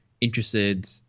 interested